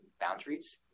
boundaries